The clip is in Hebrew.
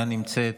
אינה נמצאת.